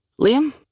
Liam